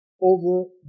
over